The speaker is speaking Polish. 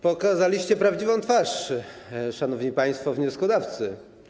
Pokazaliście prawdziwą twarz, szanowni państwo wnioskodawcy.